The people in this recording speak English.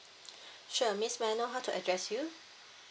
sure miss may I know how to address you